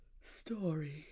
story